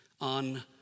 on